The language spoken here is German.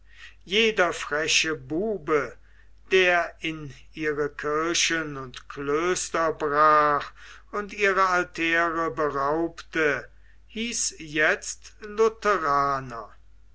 jeder freche bube der in ihre kirchen und klöster brach und ihre altäre beraubte hieß jetzt